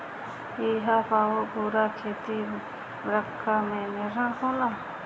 इहां पअ पूरा खेती बरखा पे निर्भर होला